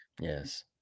Yes